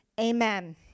Amen